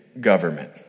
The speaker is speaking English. government